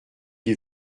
d’y